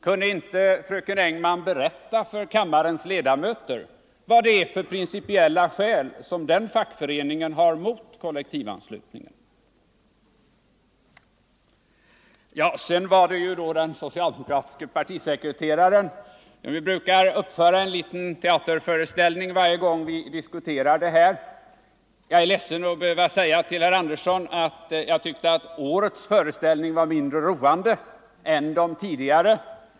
Kunde inte fröken Engman berätta för kammarens ledamöter vad det är för principiella skäl som den fackföreningen har emot kollektivanslutningen. Den socialdemokratiska partisekreteraren brukar uppföra en liten teaterföreställning varje gång vi diskuterar denna fråga. Jag är ledsen att behöva säga till herr Andersson att jag tyckte årets föreställning var mindre roande än de tidigare.